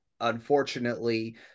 unfortunately